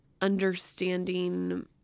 understanding